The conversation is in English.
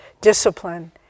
discipline